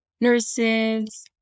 nurses